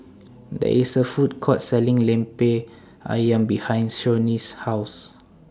There IS A Food Court Selling Lemper Ayam behind Shawnee's House